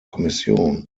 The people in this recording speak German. kommission